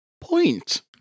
Point